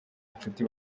inshuti